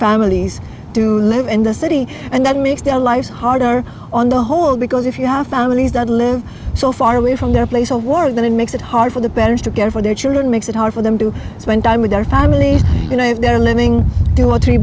families to live in the city and that makes their life harder on the whole because if you have families that live so far away from their place of war that it makes it hard for the better to get for their children makes it hard for them to spend time with their families you know if they're living to one three